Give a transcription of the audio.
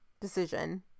decision